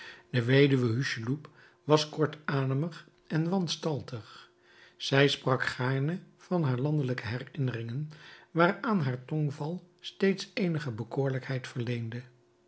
de weduwe hucheloup was kortademig en wanstaltig zij sprak gaarne van haar landelijke herinneringen waaraan haar tongval steeds eenige bekoorlijkheid verleende